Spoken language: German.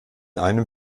einem